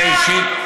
בושה.